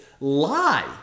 lie